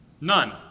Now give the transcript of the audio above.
None